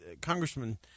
Congressman